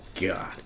God